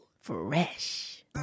Fresh